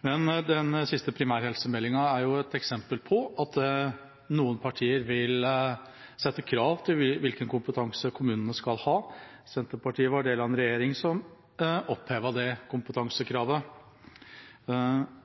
men den siste primærhelsemeldinga er et eksempel på at noen partier vil sette krav til hvilken kompetanse kommunene skal ha. Senterpartiet var en del av en regjering som opphevet det kompetansekravet.